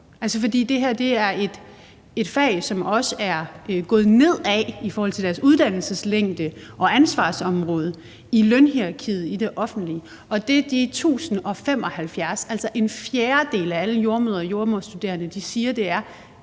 Altså, det her er et fag, som også er gået nedad i forhold til deres uddannelseslængde og ansvarsområde i lønhierarkiet i det offentlige. Og det, de 1.075, altså en fjerdedel af alle jordemødre og jordemoderstuderende siger, er,